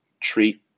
treat